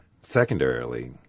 Secondarily